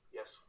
Yes